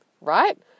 right